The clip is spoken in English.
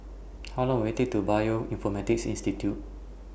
How Long Will IT Take to Bioinformatics Institute